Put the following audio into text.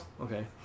Okay